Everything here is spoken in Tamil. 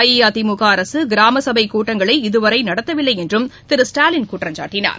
அஇஅதிமுக அரசு கிராம சபைக் கூட்டங்களை இதுவரை நடத்தவில்லை என்றும் திரு ஸ்டாலின் குற்றம்சாட்டினார்